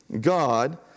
God